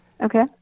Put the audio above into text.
Okay